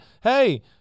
hey